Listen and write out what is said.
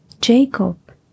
Jacob